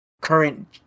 current